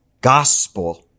gospel